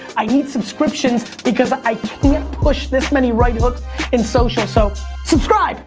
i need subscriptions because i can't push this many right hooks in social, so subscribe!